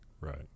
Right